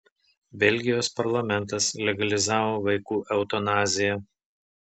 belgijos parlamentas legalizavo vaikų eutanaziją